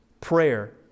Prayer